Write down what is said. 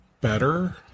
better